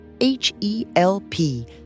H-E-L-P